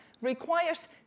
requires